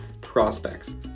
prospects